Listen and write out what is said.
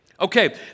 Okay